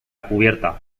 cubierta